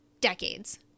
decades